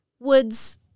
Woods